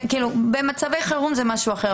כאילו, במצבי חירום זה משהו אחר.